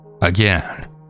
Again